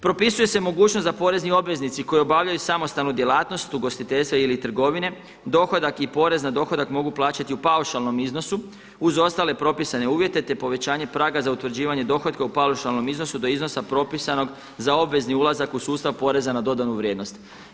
Propisuje se mogućnost da porezni obveznici koji obavljaju samostalnu djelatnost ugostiteljstva ili trgovine dohodak i porez na dohodak mogu plaćati u paušalnom iznosu uz ostale propisane uvjete, te povećanje praga za utvrđivanje dohotka u paušalnom iznosu do iznosa propisanog za obvezni ulazak u sustav poreza na dodanu vrijednost.